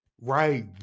Right